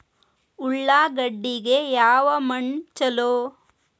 ಉಳ್ಳಾಗಡ್ಡಿಗೆ ಯಾವ ಮಣ್ಣು ಛಲೋ?